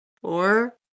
Four